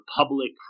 public